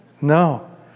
No